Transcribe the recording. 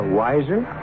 wiser